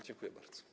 Dziękuję bardzo.